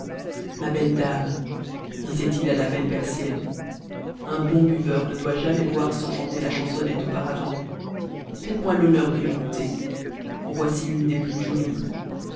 ma belle dame disait-il à la be e persienne un bon buveur ne doit jamais boire sans chanter la chansonnette auparavant faites-moi l'honneur de m'écouter en voici une des plus jolies